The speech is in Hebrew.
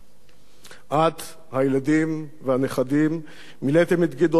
הילדים והנכדים מילאתם את גדעון באושר והענקתם